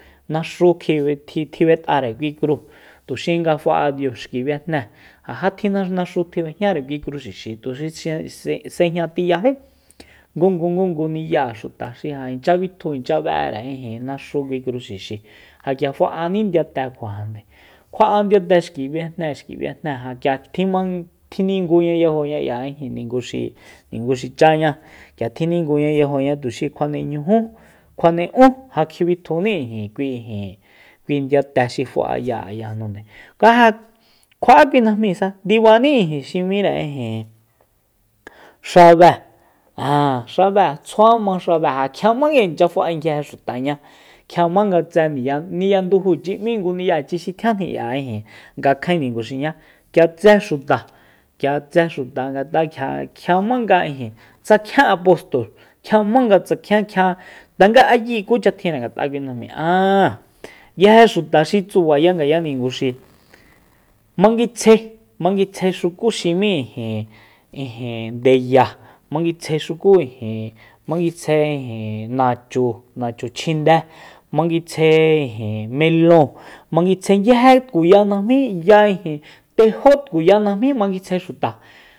Naxú kjibe- tjib'etare kui kru tuxi nga fa'a diu xi biejnée ja tjina- naxu tji b'ejñare kui kru xixi tuxi se- sejña tiyají ngungungungu ni'ya'e xuta inchya bitju inchya be'ere ijin naxu kui kru xixi ja k'ia fa'ani ndiyate kuajande kjua'a ndiyate xki biejne xki biejne ja k'ia tjimang- tjininguña yajoña k'ia ninguxi- ninguxi cháña k'ia tjininguña yajoña tuxi kjuane ñuju kjuane ún kjibitjuni ijin kui ijin kui ndiyate xi fa'aya ayajnunde kuja kjua'á kui najmisa ndibani xi m'íre ijin xabe ja xabe tsjuama xabe ja kjiama inchya fa'e nguije xutaña kjiama nga tse ni'yani'ya ndujuchi m'í ngu ni'yachi xi tjian k'ia ijin ngakjaen ninguxiña k'ia tse xuta k'ia tse xuta ngat'a nga k'ia kjiamanga ijin tsakjien apostol kjiama nga tsakjien tanga ayi kucha tjinre ngat'a'e kui najmi aa nguije xuta xi tsubaya ngaya ninguxi manguitsjae- manguitsjae xuku xi m'í ijin- ijin ndeya manguitsjae xuku ijin manguitsjae ijin nachu- nachu chjindé manguitsjae melon manguitsjae nguije tkuya najmí ya ijin tejo tkuya najmí manguitsjae xuta